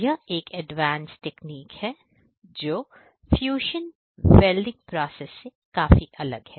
यह एक advance technique है जो फ्यूजन वेल्डिंग प्रोसेस से काफी अलग है